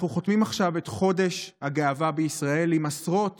אנחנו חותמים עכשיו את חודש הגאווה בישראל עם עשרות